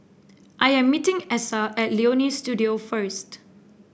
I am meeting Essa at Leonie Studio first